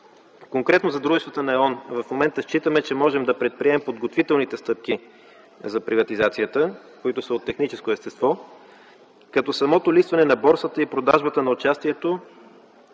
Конкретно за дружествата на Е.ОН в момента считаме, че можем да предприемем подготвителните стъпки за приватизацията, които са от техническо естество, като самото листване на борсата и продажбата на участието